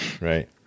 right